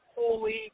holy